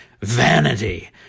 vanity